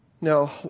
Now